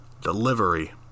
delivery